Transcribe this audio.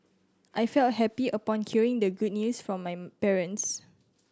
I felt happy upon hearing the good news from my parents